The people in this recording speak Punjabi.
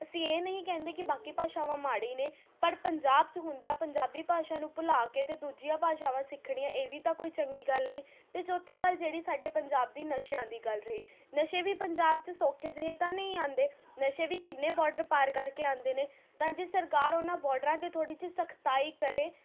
ਅਸੀਂ ਇਹ ਨਹੀਂ ਕਹਿੰਦੇ ਕਿ ਬਾਕੀ ਭਾਸ਼ਾਵਾਂ ਮਾੜੀ ਨੇ ਪਰ ਪੰਜਾਬ 'ਚ ਹੁੰਦਿਆਂ ਪੰਜਾਬੀ ਭਾਸ਼ਾ ਨੂੰ ਭੁਲਾ ਕੇ ਅਤੇ ਦੂਜੀਆਂ ਭਾਸ਼ਾਵਾਂ ਸਿੱਖਣੀਆਂ ਇਹ ਵੀ ਤਾਂ ਕੋਈ ਚੰਗੀ ਗੱਲ ਨਹੀਂ ਅਤੇ ਚੌਥੀ ਗੱਲ ਜਿਹੜੀ ਸਾਡੇ ਪੰਜਾਬ ਦੀ ਨਸ਼ਿਆਂ ਦੀ ਗੱਲ ਰਹੀ ਨਸ਼ੇ ਵੀ ਪੰਜਾਬ 'ਚ ਸੌਖੇ ਜਿਹੇ ਤਾਂ ਨਹੀਂ ਆਉਂਦੇ ਨਸ਼ੇ ਵੀ ਕਿੰਨੇ ਬੋਡਰ ਪਾਰ ਕਰਕੇ ਆਉਂਦੇ ਨੇ ਤਾਂ ਜੇ ਸਰਕਾਰ ਉਹਨਾਂ ਬੋਡਰਾਂ 'ਤੇ ਥੋੜ੍ਹੀ ਜਿਹੀ ਸਖਤਾਈ ਕਰੇ